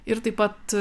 ir taip pat